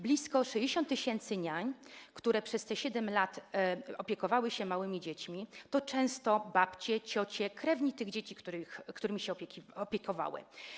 Blisko 60 tys. niań, które przez te 7 lat opiekowały się małymi dziećmi, to często babcie, ciocie, krewni tych dzieci, którymi się opiekowały.